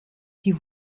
die